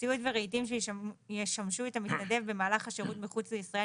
ציוד ורהיטים שישמשו את המתנדב במהלך השירות מחוץ לישראל,